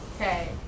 Okay